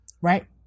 Right